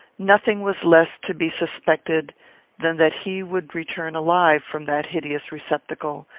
nothing was less to be suspected than that he would return alive from that hideous receptacle,